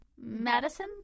Madison